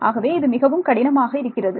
ஆகவே இது மிகவும் கடினமாக இருக்கிறது